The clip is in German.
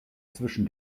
zwischen